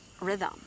rhythm